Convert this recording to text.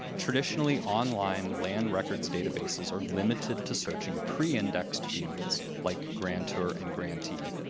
traditionally, online land records databases are limited to searching pre-indexed fields like grantor and grantee.